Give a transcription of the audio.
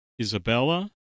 Isabella